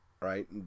Right